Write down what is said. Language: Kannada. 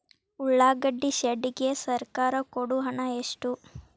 ಉಳ್ಳಾಗಡ್ಡಿ ಶೆಡ್ ಗೆ ಸರ್ಕಾರ ಕೊಡು ಹಣ ಎಷ್ಟು?